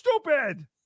stupid